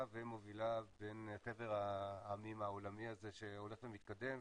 ומובילה בין חבר העמים העולמי הזה שהולך ומתקדם.